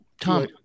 Tom